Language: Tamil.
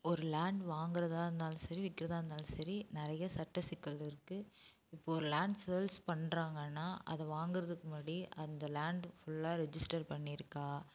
ஒரு லேண்ட் வாங்கறதாக இருந்தாலும் சரி விற்கிறதா இருந்தாலும் சரி நிறைய சட்ட சிக்கல்கள் இருக்குது இப்போது ஒரு லேண்ட் சேல்ஸ் பண்ணுறாங்கன்னா அதை வாங்கிறதுக்கு முன்னாடி அந்த லேண்ட் ஃபுல்லாக ரிஜிஸ்டர் பண்ணிருக்கா